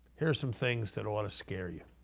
here are some things that ought to scare you.